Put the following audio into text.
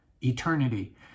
eternity